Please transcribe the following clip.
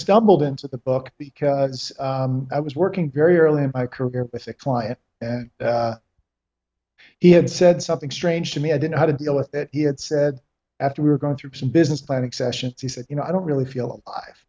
stumbled into the book because i was working very early in my career with a client and he had said something strange to me i didn't know how to deal with that he had said after we were going through some business planning sessions he said you know i don't really feel alive